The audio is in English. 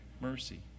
mercy